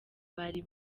bari